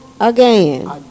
Again